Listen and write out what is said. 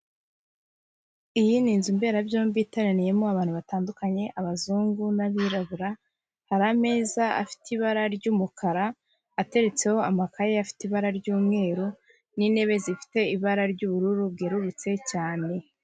Iyi ni inzu mberabyombi iteraniyemo abantu batandukanye, abazungu n'abirabura, hari ameza afite ibara ry'umukara ateretseho amakaye, afite ibara ry'umweru n'intebe zifite ibara ry'ubururu bwerurutse cyane.